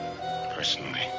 personally